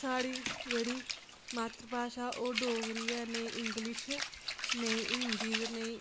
साढ़ी जेह्ड़ी मात्तर भाशा ओह् डोगरी ऐ नेईं इंग्लिश नेईं हिंदी ते नेईं